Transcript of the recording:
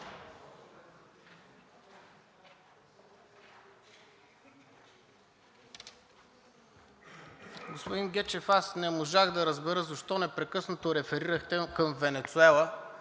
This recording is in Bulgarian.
Господин Гечев, не можах да разбера защо непрекъснато реферирахте към Венецуела,